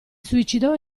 suicidò